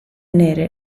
nere